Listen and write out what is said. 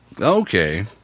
Okay